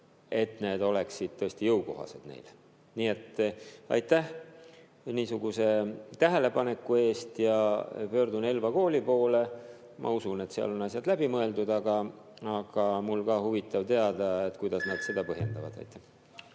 [tunnid] oleksid tõesti jõukohased. Nii et aitäh niisuguse tähelepaneku eest! Pöördun Elva kooli poole. Ma usun, et seal on asjad läbi mõeldud, aga mulle on ka huvitav teada, kuidas nad seda põhjendavad. Nüüd